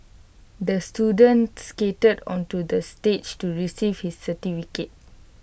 the student skated onto the stage to receive his certificate